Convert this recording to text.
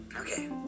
okay